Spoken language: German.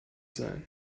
sein